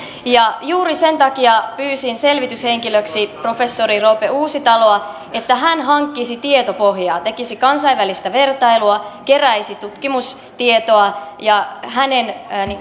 juuri sen takia pyysin selvityshenkilöksi professori roope uusitaloa että hän hankkisi tietopohjaa tekisi kansainvälistä vertailua keräisi tutkimustietoa hänen